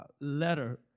letter